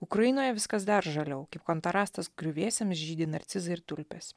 ukrainoje viskas dar žaliau kaip kontrastas griuvėsiams žydi narcizai tulpės